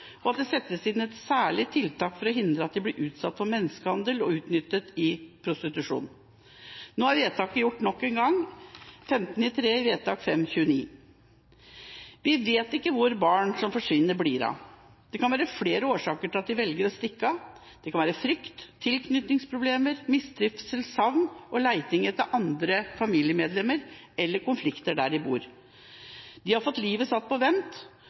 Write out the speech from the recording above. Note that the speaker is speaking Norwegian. og at det settes inn særlige tiltak for å hindre at de blir utsatt for menneskehandel og utnyttet i prostitusjon.» Nå er vedtaket fattet nok en gang, 15. mars, i vedtak 529. Vi vet ikke hvor barn som forsvinner, blir av. Det kan være flere årsaker til at de velger å stikke av, som frykt, tilknytningsproblemer, mistrivsel, savn og leting etter andre familiemedlemmer, eller konflikter der de bor. De har fått livet satt på vent,